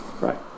Right